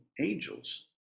angels